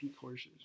courses